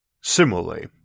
Similarly